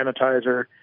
sanitizer